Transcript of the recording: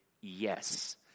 Yes